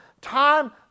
time